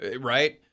Right